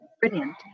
Brilliant